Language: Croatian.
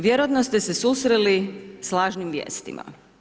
Vjerojatno ste se susreli sa lažnim vijestima.